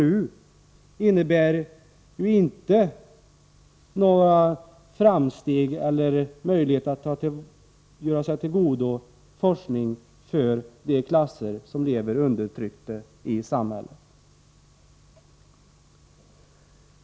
Beträffande detta nu rådande problem sker inga framsteg, och det finns inga möjligheter för de klasser som lever undertryckta i samhället att tillgodogöra sig forskningen.